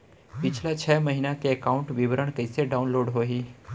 पिछला छः महीना के एकाउंट विवरण कइसे डाऊनलोड होही?